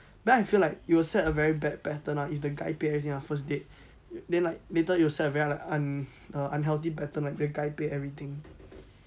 I feel like you will set a very bad pattern lah if the guy pay everything at first date then like later you will set a very like un~unhealthy pattern like the guy pay everything